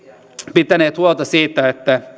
pitäneet huolta siitä että